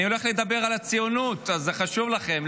אני הולך לדבר על הציונות, זה חשוב לכם.